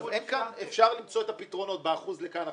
אפשר למצוא את הפתרונות באחוז לכאן,